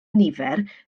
nifer